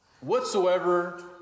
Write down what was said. whatsoever